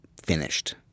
finished